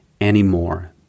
anymore